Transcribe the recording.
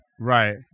Right